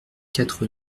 quatre